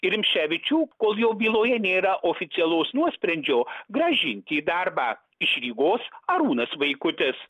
ir rimšėvičių kol jo byloje nėra oficialaus nuosprendžio grąžinti į darbą iš rygos arūnas vaikutis